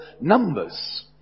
numbers